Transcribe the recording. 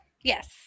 yes